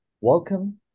Welcome